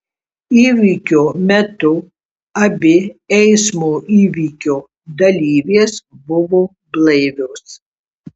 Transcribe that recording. įvykio metu abi eismo įvykio dalyvės buvo blaivios